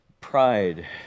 pride